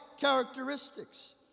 characteristics